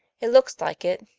it looks like it.